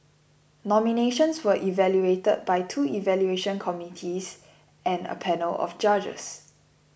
nominations were evaluated by two evaluation committees and a panel of judges